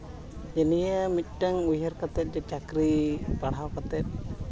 ᱡᱮ ᱱᱤᱭᱟᱹ ᱢᱤᱫᱴᱮᱱ ᱩᱭᱦᱟᱹᱨ ᱠᱟᱛᱮᱫ ᱡᱮ ᱪᱟᱹᱠᱨᱤ ᱯᱟᱲᱦᱟᱣ ᱠᱟᱛᱮᱫ